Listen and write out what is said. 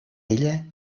ella